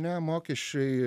ne mokesčiai